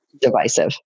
divisive